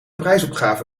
prijsopgave